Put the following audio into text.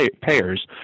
payers